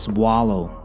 Swallow